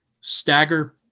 stagger